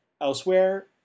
elsewhere